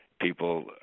people